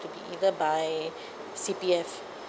to be either by C_P_F